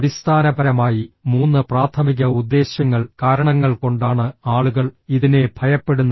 അടിസ്ഥാനപരമായി മൂന്ന് പ്രാഥമിക ഉദ്ദേശ്യങ്ങൾ കാരണങ്ങൾ കൊണ്ടാണ് ആളുകൾ ഇതിനെ ഭയപ്പെടുന്നത്